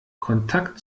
kontakt